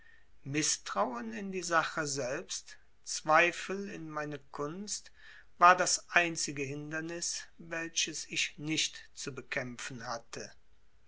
mißtrauen in die sache selbst zweifel in meine kunst war das einzige hindernis welches ich nicht zu bekämpfen hatte